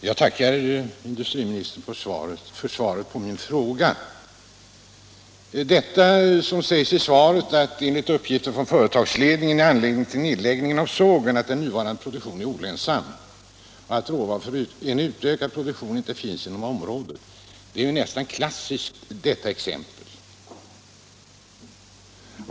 Herr talman! Jag tackar industriministern för svaret på min fråga. I svaret står bl.a. följande: ”Enligt uppgifter från företagsledningen är anledningen till nedläggningen av sågen att den med nuvarande produktion är olönsam och att råvara för en utökad produktion inte finns inom området.” Men detta är ju nästan klassiskt.